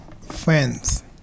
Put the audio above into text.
friends